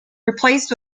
replaced